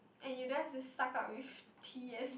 and you don't have to suck up with